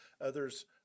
Others